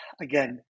again